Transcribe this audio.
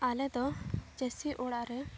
ᱟᱞᱮ ᱫᱚ ᱪᱟᱹᱥᱤ ᱚᱲᱟᱜ ᱨᱮ